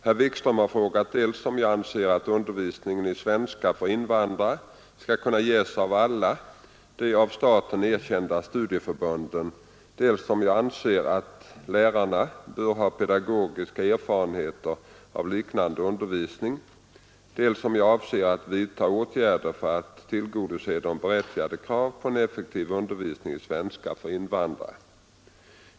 Herr Wikström har frågat dels om jag anser att undervisning i svenska för invandrare skall kunna ges av alla de av staten erkända studieförbunden, dels om jag anser att lärarna bör ha pedagogiska erfarenheter av liknande undervisning, dels om jag avser att vidta åtgärder för att tillgodose de berättigade kraven på en effektiv undervisning i svenska för invandrare.